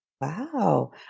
Wow